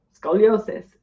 scoliosis